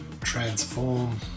transform